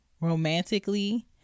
romantically